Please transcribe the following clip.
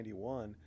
91